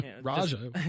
Raja